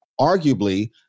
arguably